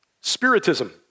Spiritism